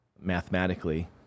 mathematically